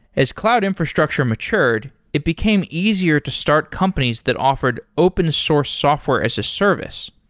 as cloud infrastructure matured, it became easier to start companies that offered open source software as a service.